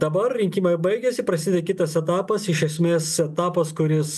dabar rinkimai baigėsi prasidėjo kitas etapas iš esmės etapas kuris